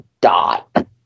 dot